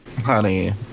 Honey